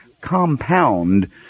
compound